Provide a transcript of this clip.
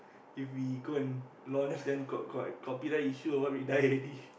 if we go and launch then got got copyright issue or what we die already